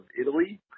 Italy